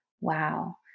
wow